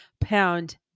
pound